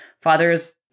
father's